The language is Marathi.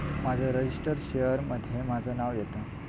माझ्या रजिस्टर्ड शेयर मध्ये माझा नाव येता